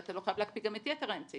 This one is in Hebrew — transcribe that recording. אבל אתה לא חייב להקפיא את יתר האמצעים.